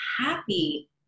happy